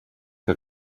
que